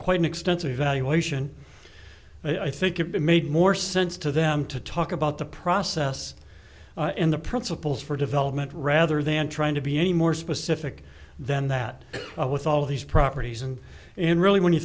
an extensive evaluation i think it made more sense to them to talk about the process in the principles for development rather than trying to be any more specific than that with all these properties and and really when you